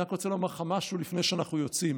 אני רק רוצה לומר לך משהו לפני שאנחנו יוצאים,